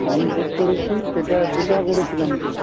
আমি বুক করেছি সেটা দুটা করেছিলাম তো